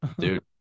dude